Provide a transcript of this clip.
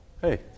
Hey